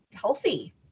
healthy